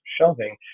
shelving